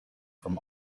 from